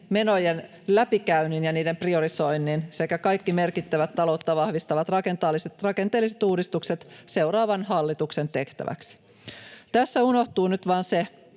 menojen läpikäynnin ja niiden priorisoinnin sekä kaikki merkittävät taloutta vahvistavat rakenteelliset uudistukset seuraavan hallituksen tehtäväksi. Tässä unohtuu nyt vaan se,